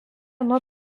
nuo